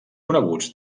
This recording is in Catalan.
coneguts